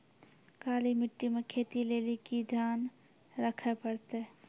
काली मिट्टी मे खेती लेली की ध्यान रखे परतै?